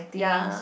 ya